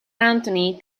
anthony